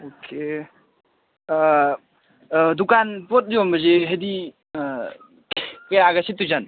okay ꯗꯨꯀꯥꯟ ꯄꯣꯠ ꯌꯣꯟꯕꯁꯦ ꯍꯥꯏꯗꯤ ꯀꯌꯥꯒ ꯁꯤꯠꯇꯣꯏꯖꯥꯠꯅꯣ